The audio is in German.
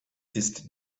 ist